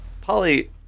Polly